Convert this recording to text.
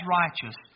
righteous